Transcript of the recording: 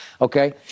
Okay